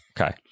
Okay